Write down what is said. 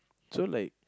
so like